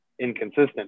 inconsistent